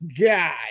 God